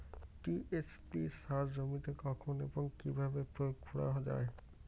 TSP সার জমিতে কখন এবং কিভাবে প্রয়োগ করা য়ায়?